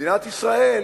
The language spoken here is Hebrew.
במדינת ישראל,